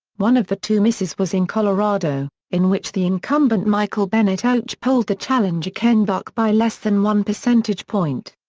one of the two misses was in colorado, in which the incumbent michael bennet outpolled the challenger ken buck by less than one percentage point.